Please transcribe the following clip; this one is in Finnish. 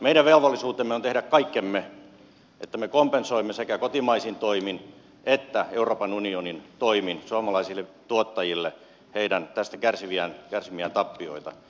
meidän velvollisuutemme on tehdä kaikkemme että me kompensoimme sekä kotimaisin toimin että euroopan unionin toimin suomalaisille tuottajille heidän tästä kärsimiään tappioita